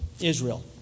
Israel